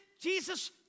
Jesus